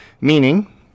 meaning